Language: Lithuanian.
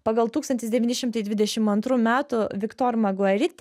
pagal tūkstantis devyni šimtai dvidešim antrų metų viktor maguerit